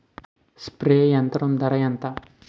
Spray యంత్రం ధర ఏంతా?